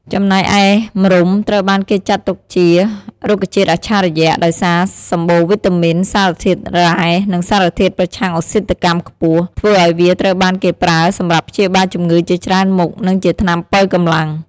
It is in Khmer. ចំណែកឯម្រុំត្រូវបានគេចាត់ទុកជា រុក្ខជាតិអច្ឆរិយៈ ដោយសារសម្បូរវីតាមីន សារធាតុរ៉ែ និងសារធាតុប្រឆាំងអុកស៊ីតកម្មខ្ពស់ ធ្វើឲ្យវាត្រូវបានគេប្រើសម្រាប់ព្យាបាលជំងឺជាច្រើនមុខ និងជាថ្នាំប៉ូវកម្លាំង។